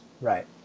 Right